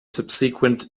subsequent